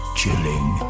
chilling